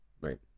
right